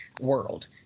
world